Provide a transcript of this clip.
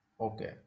Okay